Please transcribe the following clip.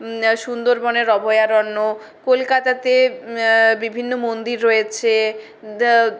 সুন্দরবনের অভয়ারণ্য কলকাতাতে বিভিন্ন মন্দির রয়েছে